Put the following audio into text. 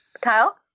Kyle